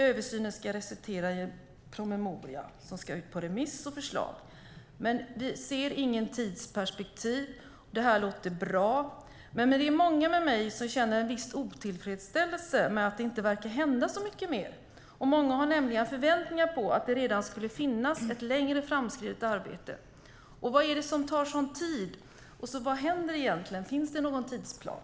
Översynen ska resultera i en promemoria som ska ut på remiss och i förslag. Men vi ser inget tidsperspektiv. Det hela låter bra, men många med mig känner viss otillfredsställelse med att så mycket mer inte verkar hända. Många har förväntningar på ett redan nu längre framskridet arbete. Vad är det som tar sådan tid? Vad händer egentligen? Finns det någon tidsplan?